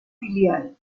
filial